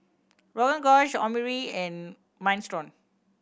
Rogan Josh Omurice and Minestrone